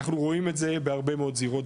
אנחנו רואים את זה בהרבה מאוד זירות,